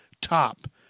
top